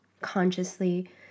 Consciously